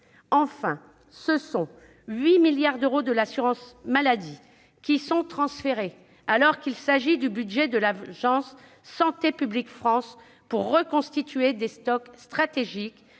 Enfin, 8 milliards d'euros de l'assurance maladie sont transférés, alors qu'il s'agit du budget de l'agence Santé publique France pour reconstituer ses stocks stratégiques,